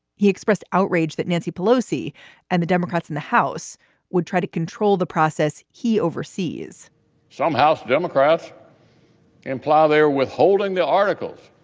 he expressed outrage that nancy pelosi and the democrats in the house would try to control the process he oversees some house democrats imply they're withholding the articles.